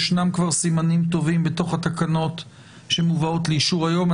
ישנם כבר סימנים טובים בתוך התקנות שמובאות לאישור היום.